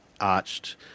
arched